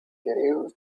hair